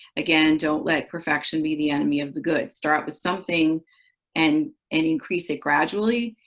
again, don't let perfection be the enemy of the good. start out with something and and increase it gradually.